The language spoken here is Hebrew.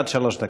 עד שלוש דקות.